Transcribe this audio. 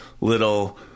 little